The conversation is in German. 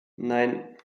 nein